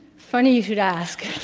funny should ask,